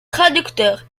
traducteur